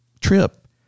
trip